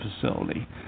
facility